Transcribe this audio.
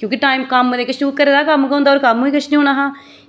क्योंकि टाइम कम्म ते किश ओह् घरै दा कम्म गै होंदा होर कम्म गै किश निं होना हा